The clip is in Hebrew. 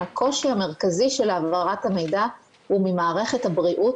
הקושי המרכזי של העברת המידע הוא ממערכת הבריאות,